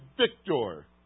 victor